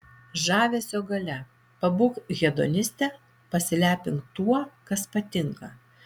žavesio galia pabūk hedoniste pasilepink tuo kas patinka